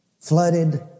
flooded